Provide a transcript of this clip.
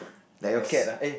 that has